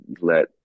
let